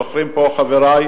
זוכרים פה חברי,